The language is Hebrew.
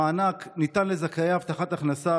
המענק ניתן לזכאי הבטחת הכנסה,